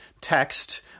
text